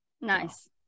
Nice